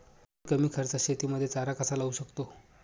मी कमी खर्चात शेतीमध्ये चारा कसा लावू शकतो?